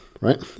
right